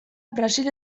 brasil